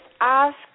ask